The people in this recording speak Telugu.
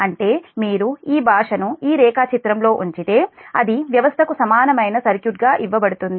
అంటే మీరు ఈ భాషను ఈ రేఖాచిత్రం లో ఉంచితే అది వ్యవస్థకు సమానమైన సర్క్యూట్ గా ఇవ్వబడుతుంది